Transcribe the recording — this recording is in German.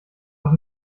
doch